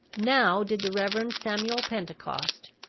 now did the reverend samuel pentecost,